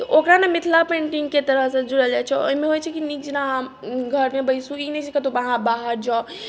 ओकरा ने मिथिला पेन्टिँगके तरह सँ जुड़ल जाइ छै ओहिमे होइ छै की नीक जेना अहाँ घरमे बैसू ई नहि जे कतौ अहाँ बाहर जाउ